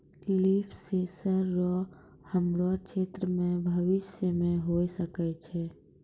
लिफ sensor रो हमरो क्षेत्र मे भविष्य मे होय सकै छै